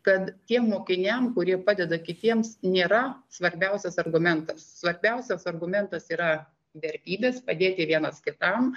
kad tiem mokiniam kurie padeda kitiems nėra svarbiausias argumentas svarbiausias argumentas yra vertybės padėti vienas kitam